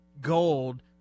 gold